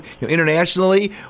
internationally